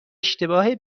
اشتباه